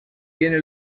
tiene